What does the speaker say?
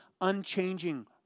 unchanging